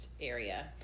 area